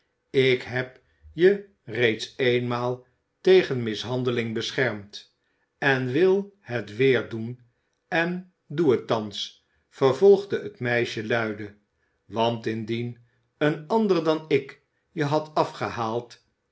ik heb je reeds eenmaal tegen mishandeling beschermd en wil het weer doen en doe het thans vervolgde het meisje luide want indien een ander dan ik je had afgehaald